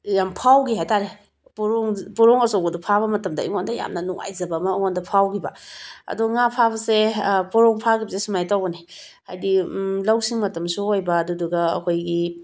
ꯌꯥꯝ ꯐꯥꯎꯈꯤ ꯍꯥꯏꯇꯔꯦ ꯄꯣꯔꯣꯝ ꯄꯣꯔꯣꯝ ꯑꯆꯧꯕꯗꯣ ꯐꯥꯕ ꯃꯇꯝꯗ ꯑꯩꯉꯣꯟꯗ ꯌꯥꯝꯅ ꯅꯨꯡꯉꯥꯏꯖꯕ ꯑꯃ ꯑꯩꯉꯣꯟꯗ ꯐꯥꯎꯈꯤꯕ ꯑꯗꯣ ꯉꯥ ꯐꯥꯕꯁꯦ ꯄꯣꯔꯣꯝ ꯐꯥꯕꯁꯦ ꯁꯨꯃꯥꯏꯅ ꯇꯧꯕꯅꯤ ꯍꯥꯏꯗꯤ ꯂꯧ ꯁꯤꯡ ꯃꯇꯝꯁꯨ ꯑꯣꯏꯕ ꯑꯗꯨꯗꯨꯒ ꯑꯩꯈꯣꯏꯒꯤ